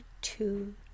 two